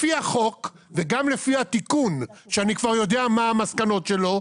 לפי החוק וגם לפי התיקון שאני כבר יודע מה המסקנות שלו,